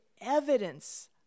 evidence